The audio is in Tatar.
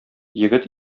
егет